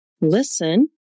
listen